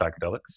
psychedelics